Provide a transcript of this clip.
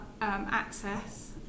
access